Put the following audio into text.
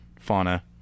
Fauna